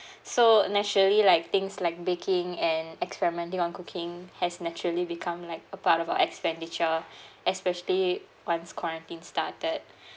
so naturally like things like baking and experimenting on cooking has naturally become like a part of our expenditure especially once quarantine started